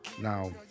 Now